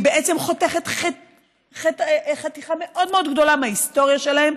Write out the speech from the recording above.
היא בעצם חותכת חתיכה מאוד מאוד גדולה מההיסטוריה שלהם.